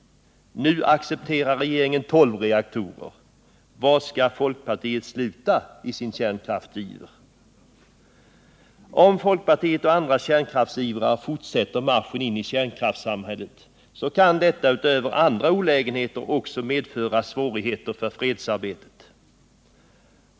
Nu accepterar regeringen tolv reaktorer. Var skall folkpartiet sluta i sin kärnkraftsiver? Om folkpartiet, och också andra kärnkraftsivrare, fortsätter marschen in i kärnkraftssamhället, kan detta utöver andra olägenheter också medföra svårigheter för fredsarbetet.